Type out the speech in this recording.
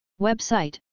Website